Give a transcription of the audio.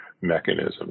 mechanism